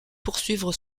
poursuivre